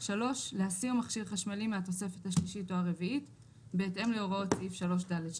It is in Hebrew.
להסיר מכשיר חשמלי מהתוספת השלישית או הרביעית בהתאם להוראות סעיף 3ד2,